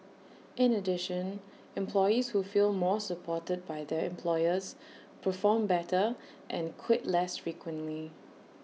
in addition employees who feel more supported by their employers perform better and quit less frequently